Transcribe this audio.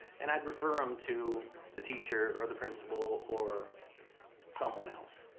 and i'd refer em to the teacher or the principal or someone else,